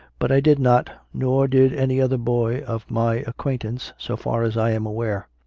but i did not, nor did any other boy of my acquaintance, so far as i am aware.